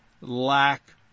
lack